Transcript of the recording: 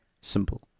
Simple